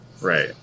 Right